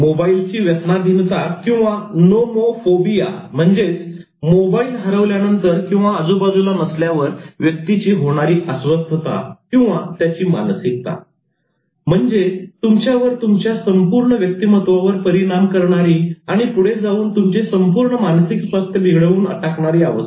मोबाईलची व्यसनाधीनता किंवा नोमोफोबिया म्हणजे मोबाईल हरवल्यानंतर किंवा आजूबाजूला नसल्यावर व्यक्तीची होणारी अस्वस्थतामानसिकता म्हणजे तुमच्यावर तुमच्या संपूर्ण व्यक्तिमत्वावर परिणाम करणारी आणि पुढे जाऊन तुमचे संपूर्ण मानसिक स्वास्थ्य बिघडवून टाकणारी अवस्था